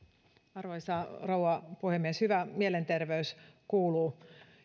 arvoisa rouva puhemies hyvä mielenterveys kuuluu